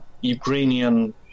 Ukrainian